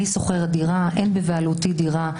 אני שוכרת דירה, אין בבעלותי דירה.